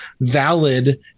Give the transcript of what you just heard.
valid